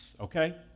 okay